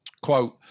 quote